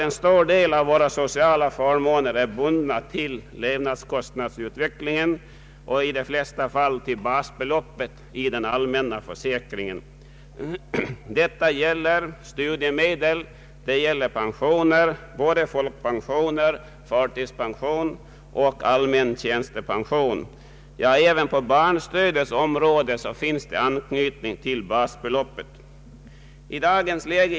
En stor del av våra sociala förmåner är bundna till levnadskostnadsutvecklingen och i de flesta fall till basbeloppet i den allmänna försäkringen. Detta gäller studiemedel, folkpensioner, förtidspensioner och allmän tjänstepension, ja, även på barnstödets område finns det anknytning till basbeloppet.